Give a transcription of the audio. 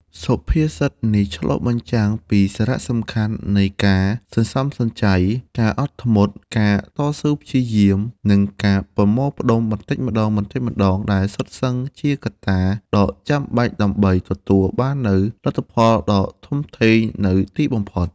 សុភាសិតនេះឆ្លុះបញ្ចាំងពីសារៈសំខាន់នៃ ការសន្សំសំចៃ ការអត់ធ្មត់ ការតស៊ូព្យាយាម និងការប្រមូលផ្តុំបន្តិចម្តងៗ ដែលសុទ្ធសឹងជាកត្តាដ៏ចាំបាច់ដើម្បីទទួលបាននូវលទ្ធផលដ៏ធំធេងនៅទីបំផុត។